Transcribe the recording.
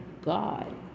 God